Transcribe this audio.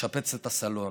לשפץ את הסלון.